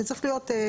זה צריך להיות,